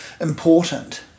important